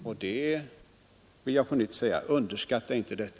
Jag vill på nytt säga: Underskatta inte detta.